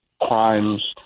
crimes